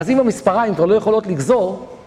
אז אם המספריים כבר לא יכולות לגזור...